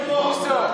בוסו,